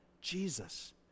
Jesus